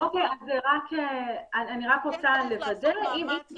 אני רק רוצה לוודא.